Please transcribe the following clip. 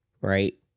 Right